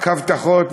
רק הבטחות,